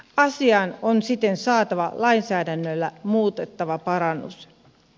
asiaan on siten saatava lainsäädännöllä muutettava parannus